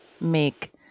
make